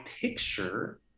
picture